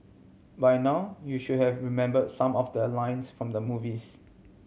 by now you should have remember some of the lines from the movies